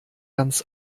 ganz